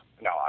no